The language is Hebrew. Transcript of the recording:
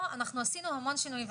פה אנחנו עשינו המון שינויים,